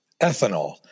ethanol